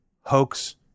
hoax